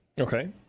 Okay